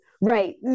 right